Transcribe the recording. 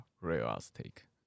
realistic